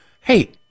hey